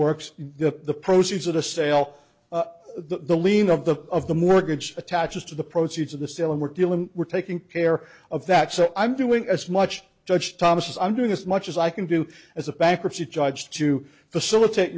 works the proceeds of the sale of the lien of the of the mortgage attaches to the proceeds of the sale and we're dealing we're taking care of that so i'm doing as much judge thomas i'm doing as much as i can do as a bankruptcy judge to facilitate